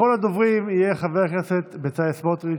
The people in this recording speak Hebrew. אחרון הדוברים יהיה חבר הכנסת בצלאל סמוטריץ',